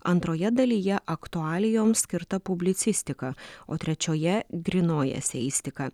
antroje dalyje aktualijoms skirta publicistika o trečioje grynoji eseistika